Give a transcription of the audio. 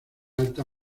alta